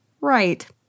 right